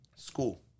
School